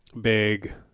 big